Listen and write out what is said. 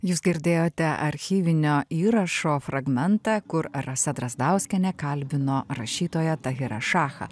jūs girdėjote archyvinio įrašo fragmentą kur rasa drazdauskienė kalbino rašytoją tahirą šachą